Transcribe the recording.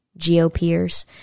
GOPers